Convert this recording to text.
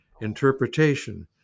interpretation